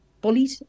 bullied